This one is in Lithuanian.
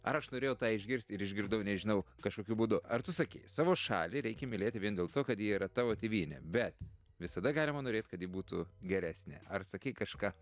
ar aš norėjau tą išgirst ir išgirdau nežinau kažkokiu būdu ar tu sakei savo šalį reikia mylėti vien dėl to kad ji yra tavo tėvynė bet visada galima norėt kad ji būtų geresnė ar sakei kažką